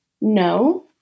no